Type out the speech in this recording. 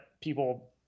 people